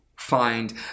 find